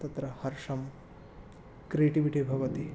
तत्र हर्षं क्रियेटिविटि भवति